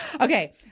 Okay